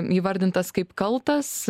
įvardintas kaip kaltas